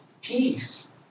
peace